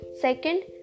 second